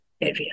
area